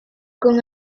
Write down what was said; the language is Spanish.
con